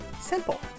simple